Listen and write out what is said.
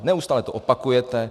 Neustále to opakujete.